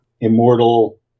immortal